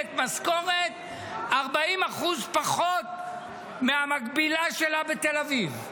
מקבלת משכורת 40% פחות מהמקבילה שלה בתל אביב?